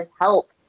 help